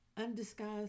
undisguised